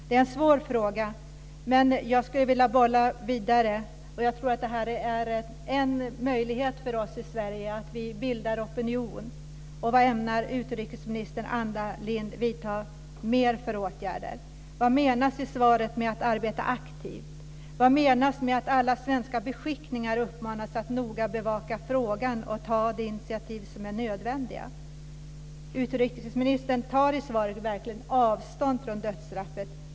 Det här är en svår fråga, men jag skulle vilja bolla vidare. Jag tror att det är en möjlighet för oss i Sverige att vi bildar opinion. Vad ämnar utrikesminister Anna Lindh vidta för ytterligare åtgärder? Vad menas med det som står i svaret om att arbeta aktivt? Vad menas med att alla svenska beskickningar uppmanas att noga bevaka frågan och ta de initiativ som är nödvändiga? Utrikesministern tar i svaret verkligen avstånd från dödsstraffet.